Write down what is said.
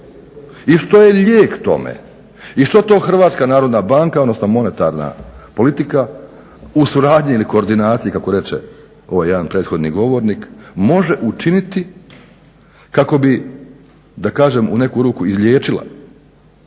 i što je lijek tome i što to Hrvatska narodna banka, odnosno monetarna politika u suradnji ili koordinaciji kako reče ovaj jedan prethodni govornik može učiniti kako bi da kažem u neku ruku izliječila